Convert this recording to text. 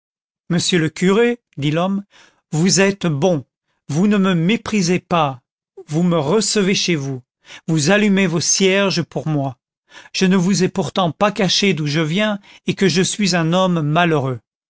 monsieur le curé dit l'homme vous êtes bon vous ne me méprisez pas vous me recevez chez vous vous allumez vos cierges pour moi je ne vous ai pourtant pas caché d'où je viens et que je suis un homme malheureux